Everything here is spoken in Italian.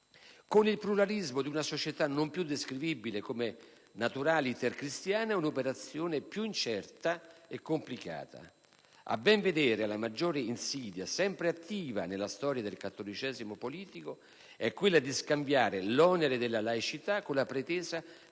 con il pluralismo di una società non più descrivibile come *naturaliter* cristiana, è un'operazione più incerta e complicata. A ben vedere la maggiore insidia, sempre attiva nella storia del cattolicesimo politico, è quella di scambiare l'onere della laicità con la pretesa